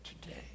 Today